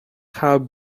have